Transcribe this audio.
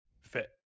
fit